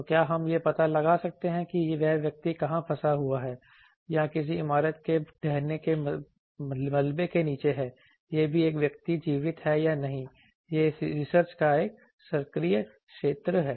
तो क्या हम यह पता लगा सकते हैं कि वह व्यक्ति कहां फंसा हुआ है या किसी इमारत के ढहने के मलबे के नीचे है यह भी कि व्यक्ति जीवित है या नहीं यह रिसर्च का एक सक्रिय क्षेत्र है